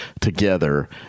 together